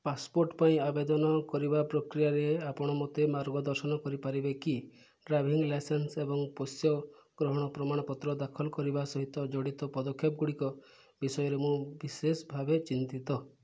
passport ପାଇଁ ଆବେଦନ କରିବା ପ୍ରକ୍ରିୟାରେ ଆପଣ ମୋତେ ମାର୍ଗଦର୍ଶନ କରିପାରିବେ କି ଡ୍ରାଇଭିଂ ଲାଇସେନ୍ସ୍ ଏବଂ ପୋଷ୍ୟ ଗ୍ରହଣ ପ୍ରମାଣପତ୍ର ଦାଖଲ କରିବା ସହିତ ଜଡ଼ିତ ପଦକ୍ଷେପ ଗୁଡ଼ିକ ବିଷୟରେ ମୁଁ ବିଶେଷ ଭାବେ ଚିନ୍ତିତ